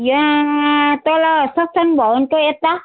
यहाँ तल सत्सङ भवनको यता